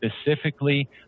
specifically